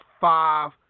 five